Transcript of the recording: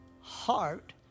heart